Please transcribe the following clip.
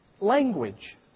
language